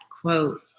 quote